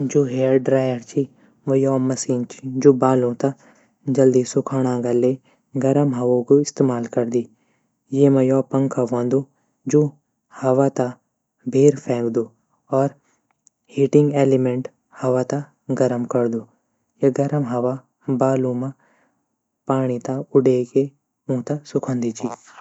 जू हेयरड्राई च ऊ यो मसीन च यू बालों थै जल्दी सुखाणो तै गर्म हवा कू इस्तेमाल करदी। यूमा एक पंखा हूंदू। जू हवा थै भैर फिंगदू। और हिःटिःग ऐलीमैंट हवा थै गर्म करदू। गर्म हवा पाणी तै ऊडै की सुखै दींदी।